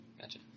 Gotcha